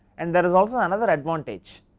and there is also another advantage.